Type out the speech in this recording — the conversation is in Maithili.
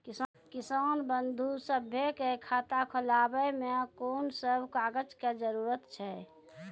किसान बंधु सभहक खाता खोलाबै मे कून सभ कागजक जरूरत छै?